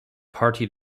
party